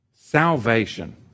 Salvation